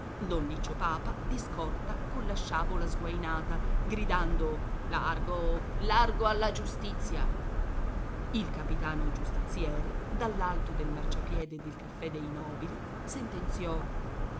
don liccio papa di scorta colla sciabola sguainata gridando largo largo alla giustizia il capitano giustiziere dall'alto del marciapiede del caffè dei nobili sentenziò